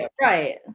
Right